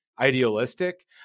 idealistic